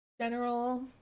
general